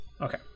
okay